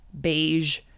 beige